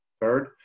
Third